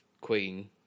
Queen